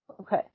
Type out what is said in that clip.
Okay